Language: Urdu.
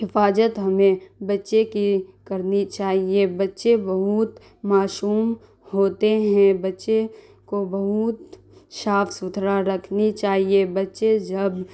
حفاظت ہمیں بچے کی کرنی چاہیے بچے بہت معصوم ہوتے ہیں بچے کو بہت صاف ستھرا رکھنی چاہیے بچے جب